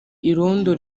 irondo